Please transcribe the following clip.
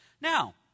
Now